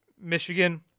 Michigan